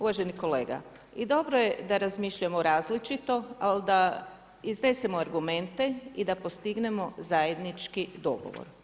Uvaženi kolege, i dobro je da razmišljamo različito, ali da iznesemo argumente i da postignemo zajednički dogovor.